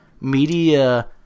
media